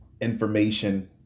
information